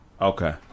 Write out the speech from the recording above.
Okay